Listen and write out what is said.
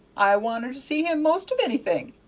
i wanted to see him most of anything.